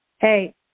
hey